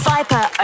Viper